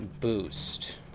Boost